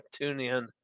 TuneIn